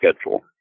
schedule